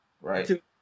Right